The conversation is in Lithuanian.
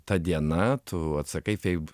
ta diena tu atsakai taip